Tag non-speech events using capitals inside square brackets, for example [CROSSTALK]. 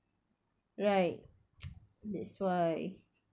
right [NOISE] that's why